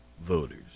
voters